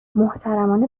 محترمانه